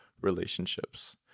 relationships